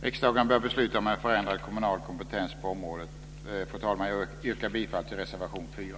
Riksdagen bör besluta om en förändrad kommunal kompetens på området. Fru talman! Jag yrkar bifall till reservation nr 4.